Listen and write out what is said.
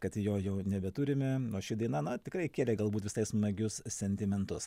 kad jo jau nebeturime o ši daina na tikrai kėlė galbūt visai smagius sentimentus